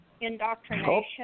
indoctrination